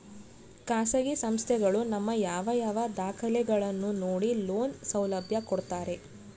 ಖಾಸಗಿ ಸಂಸ್ಥೆಗಳು ನಮ್ಮ ಯಾವ ಯಾವ ದಾಖಲೆಗಳನ್ನು ನೋಡಿ ಲೋನ್ ಸೌಲಭ್ಯ ಕೊಡ್ತಾರೆ?